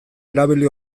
erabili